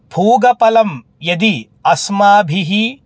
पूगीफलं यदि अस्माभिः